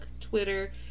Twitter